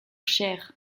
chair